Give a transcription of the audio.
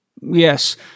yes